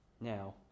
Now